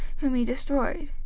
whom he destroyed.